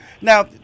Now